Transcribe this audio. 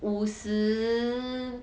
五十